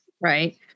Right